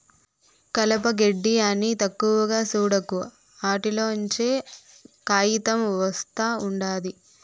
కలప, గెడ్డి అని తక్కువగా సూడకు, ఆటిల్లోంచే కాయితం ఒస్తా ఉండాది